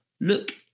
Look